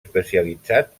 especialitzat